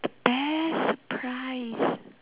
the best surprise